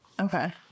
Okay